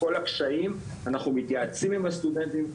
בכל הקשיים אנחנו מתייעצים עם הסטודנטים,